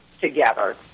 together